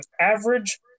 average